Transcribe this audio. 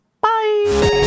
Bye